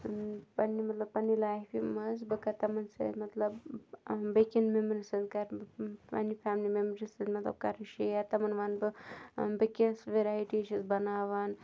پنٛنہِ مطلب پنٛنہِ لایفہِ منٛز بہٕ کَرٕ تِمَن سۭتۍ مطلب بیٚیِکٮ۪ن مٮ۪مبرَن سۭتۍ کَرٕ بہٕ پنٛنہِ فیملی مٮ۪مبرَن سۭتۍ مطلب کَرٕ شِیَر تِمَن وَنہٕ بہٕ بہٕ کِژھ ویٚرایٹی چھَس بَناوان